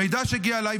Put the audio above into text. מידע שהגיע אליי.